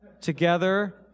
together